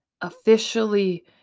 officially